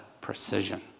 precision